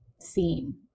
seen